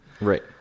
Right